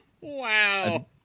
Wow